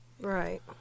Right